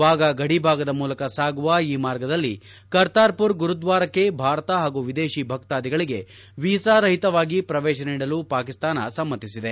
ವಾಘಾ ಗಡಿಭಾಗದ ಮೂಲಕ ಸಾಗುವ ಈ ಮಾರ್ಗದಲ್ಲಿ ಕರ್ತಾರ್ಮರ್ ಗುರುದ್ವಾರಕ್ಕೆ ಭಾರತ ಹಾಗೂ ವಿದೇಶಿ ಭಕ್ತಾದಿಗಳಿಗೆ ವೀಸಾರಹಿತವಾಗಿ ಪ್ರವೇಶ ನೀಡಲು ಪಾಕಿಸ್ತಾನ ಸಮ್ತಿಸಿದೆ